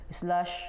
slash